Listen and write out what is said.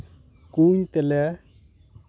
ᱠᱩᱸᱧ ᱛᱮᱞᱮ